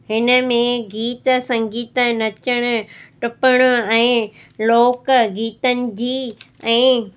हिन में गीत संगीत नचणु टुपण ऐं लोक गीतनि जी ऐं